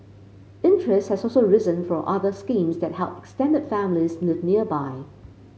interest has also risen for other schemes that help extended families live nearby